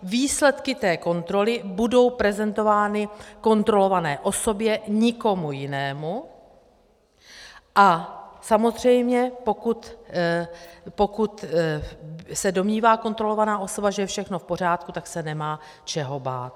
Výsledky kontroly budou prezentovány kontrolované osobě, nikomu jinému, a samozřejmě pokud se domnívá kontrolovaná osoba, že je všechno v pořádku, tak se nemá čeho bát.